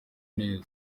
neza